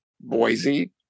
Boise